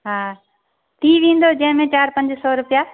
हा थी वेंदव जंहिंमें चारि पंज सौ रूपिया